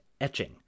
etching